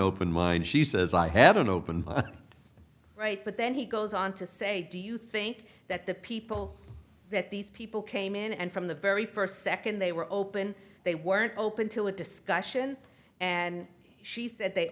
open mind she says i have an open right but then he goes on to say do you think that the people that these people came in and from the very first second they were open they weren't open to a discussion and she said they